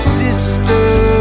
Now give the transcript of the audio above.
sister